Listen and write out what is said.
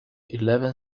eleven